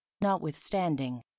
notwithstanding